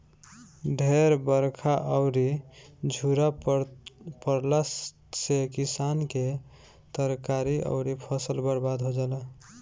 ढेर बरखा अउरी झुरा पड़ला से किसान के तरकारी अउरी फसल बर्बाद हो जाला